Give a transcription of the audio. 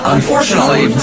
Unfortunately